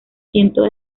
cientos